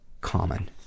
common